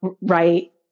Right